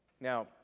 Now